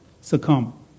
succumb